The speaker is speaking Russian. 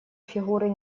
фигуры